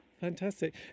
fantastic